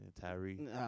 Tyree